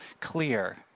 clear